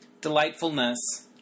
delightfulness